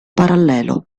parallelo